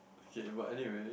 K but anywhere